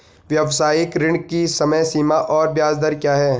व्यावसायिक ऋण की समय सीमा और ब्याज दर क्या है?